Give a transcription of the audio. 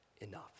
enough